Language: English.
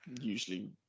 usually